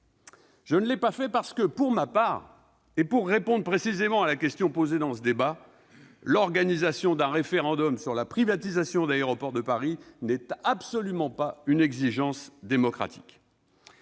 Je ne l'ai pas fait parce que, selon moi, pour répondre précisément à la question posée dans ce débat, l'organisation d'un référendum sur la privatisation d'Aéroports de Paris n'est absolument pas une exigence démocratique